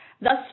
Thus